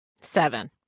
Seven